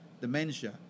dementia